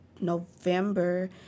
November